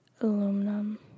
Aluminum